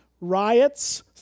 riots